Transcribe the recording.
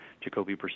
Jacoby